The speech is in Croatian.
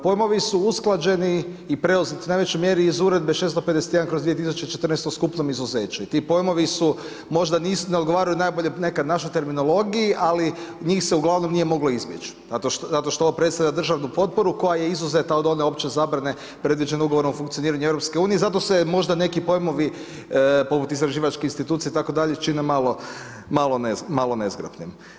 Pojmovi su usklađeni i preuzeti u najvećoj mjeri iz uredbe 651/2014 o skupnom izuzeću i ti pojmovi su možda ne odgovaraju nekad najbolje našoj terminologiji, ali njih se uglavnom nije moglo izbjeć, zato što ovo predstavlja državnu potporu koja je izuzeta od one opće zabrane predviđene ugovorom o funkcioniranju EU zato se možda neki pojmovi poput istraživačke institucije itd. čine malo nezgrapnim.